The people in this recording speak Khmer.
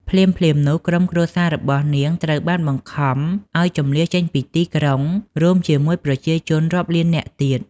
ភ្លាមៗនោះ ក្រុមគ្រួសាររបស់នាងត្រូវបានបង្ខំឲ្យជម្លៀសចេញពីទីក្រុង រួមជាមួយប្រជាជនរាប់លាននាក់ទៀត។